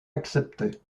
accepté